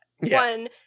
One